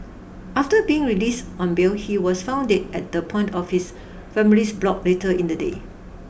after being released on bail he was found dead at the point of his family's block later in the day